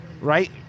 right